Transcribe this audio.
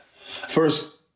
First